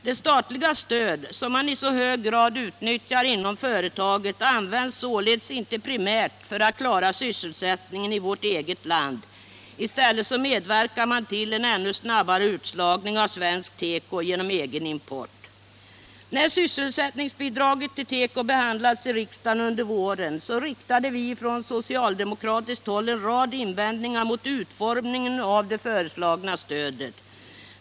Det statliga stöd som man i så hög grad utnyttjar inom företaget används således inte primärt för att klara sysselsättningen i vårt eget land. I stället medverkar man till en ännu snabbare utslagning av svensk teko genom egen import. När sysselsättningsbidraget till teko behandlades i riksdagen under våren riktade vi från socialdemokratiskt håll en rad invändningar mot utformningen av det föreslagna stödet.